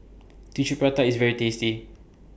Tissue Prata IS very tasty